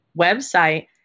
website